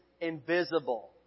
invisible